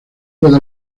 puede